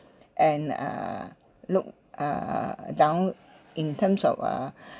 and uh look uh uh down in terms of uh